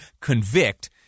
convict